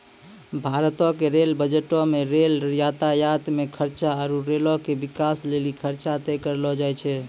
भारतो के रेल बजटो मे रेल यातायात मे खर्चा आरु रेलो के बिकास लेली खर्चा तय करलो जाय छै